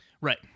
Right